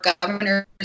governors